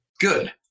good